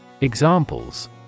Examples